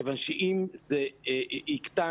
כיוון שאם זה יקטן,